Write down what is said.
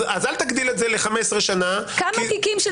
אז אל תגדיל את זה ל-15 שנים --- כמה תיקים של